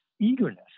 eagerness